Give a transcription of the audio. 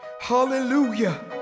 Hallelujah